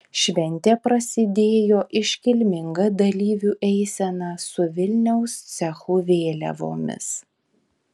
šventė prasidėjo iškilminga dalyvių eisena su vilniaus cechų vėliavomis